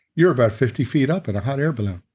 you're about fifty feet up in a hot air balloon.